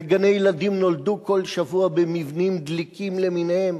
וגני-ילדים נולדו כל שבוע במבנים דליקים למיניהם,